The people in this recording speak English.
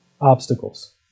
obstacles